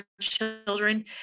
children